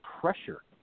pressure